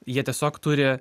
jie tiesiog turi